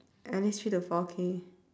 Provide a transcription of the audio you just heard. at least three to four K